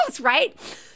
right